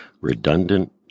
redundant